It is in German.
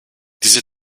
diese